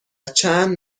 چند